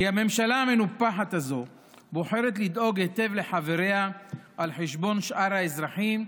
כי הממשלה המנופחת הזו בוחרת לדאוג היטב לחבריה על חשבון שאר האזרחים,